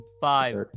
Five